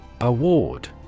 Award